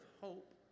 hope